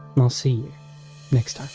and i'll see mixed,